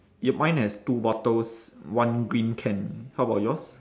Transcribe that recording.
yup mine has two bottles one green can how about yours